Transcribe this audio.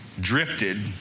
drifted